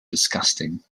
disgusting